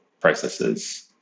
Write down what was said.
processes